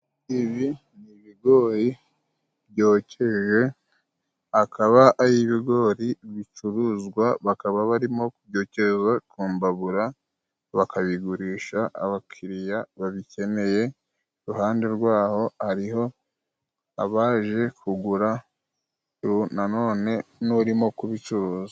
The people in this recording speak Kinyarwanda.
Ibi ni ibigori byokeje, akaba ari ibigori bicuruzwa. Bakaba barimo kubyokereza ku mbabura bakabigurisha abakiriya babikeneye. Iruhande rwaho hariho abaje kugura na none n'urimo kubicuruza.